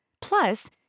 Plus